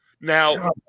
Now